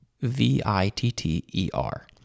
V-I-T-T-E-R